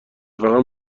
فقط